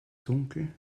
dunkel